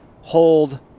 hold